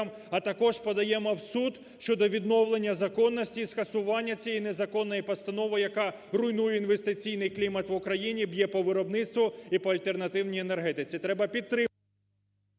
А також подаємо в суд щодо відновлення законності і скасування цієї незаконної постанови, яка руйнує інвестиційний клімат в Україні, б'є по виробництву і по альтернативній енергетиці. Треба підтримувати…